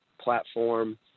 platform